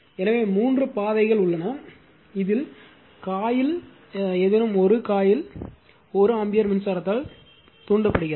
எனவே மூன்று பாதைகள் உள்ளன இதில் காயில் ஏதேனும் ஒரு காயில் 1 ஆம்பியர் மின்சாரத்தால் தூண்டப்படுகிறது